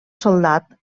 soldat